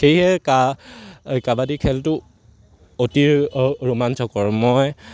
সেয়েহে কা কাবাডী খেলটো অতি ৰোমাঞ্চকৰ মই